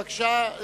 בבקשה.